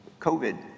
covid